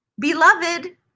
beloved